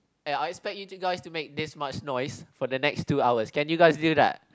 aye I expect you two guys to make this much noise for the next two hours can you guys do that